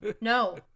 no